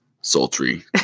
sultry